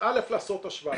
אז א' לעשות השוואה.